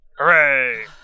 Hooray